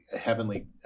heavenly